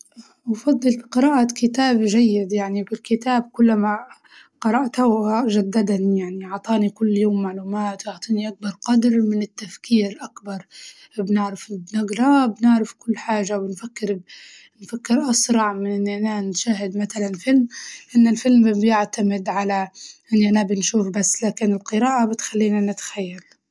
أفضل قراءة كتاب جيد يعني بالكتاب كلما قرأته جددني يعني أعطاني كل يوم معلومات ويعطيني أكبر قدر من التفكير أكبر، بنعرف نقراه بنعرف كل حاجة ونفكر ب- ونفكر بأسرع من إننا نشاهد متلاً فيلم لأن الفيلم بيعتمد على إننا بنشوف بس لكن القراءة بتخلينا نتخيل.